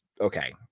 okay